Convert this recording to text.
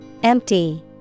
Empty